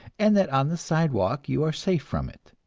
and that on the sidewalk you are safe from it.